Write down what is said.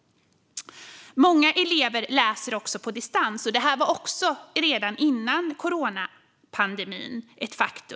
Många elever läser på distans; detta var ett faktum redan före coronapandemin.